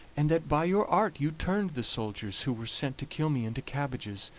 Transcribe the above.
and that by your art you turned the soldiers who were sent to kill me into cabbages,